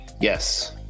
Yes